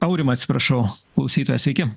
aurimą atsiprašau klausytojas sveiki